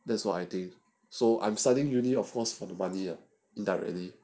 that's what I think so I'm studying university of course for the money ah indirectly